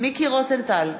מיקי רוזנטל,